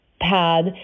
pad